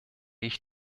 ich